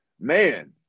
man